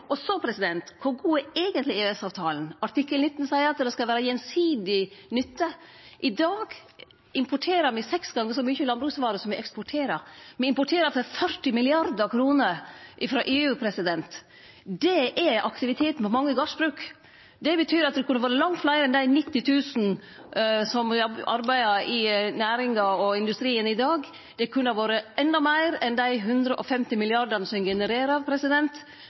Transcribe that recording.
Og så, kor god er eigentleg EØS-avtalen? Artikkel 19 seier at det skal vere «gjensidig» nytte. I dag importerer me seks gonger så mykje landbruksvarer som me eksporterer. Me importerer for 40 mrd. kr frå EU. Det er aktivitet på mange gardsbruk. Det betyr at det kunne vore langt fleire enn dei 90 000 som arbeider i næringa og industrien i dag. Det kunne ha vore enda meir enn dei 150 mrd. kr som ein genererer.